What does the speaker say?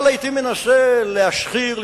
אתה לעתים מנסה להשחיר,